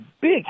big